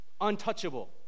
untouchable